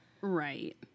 Right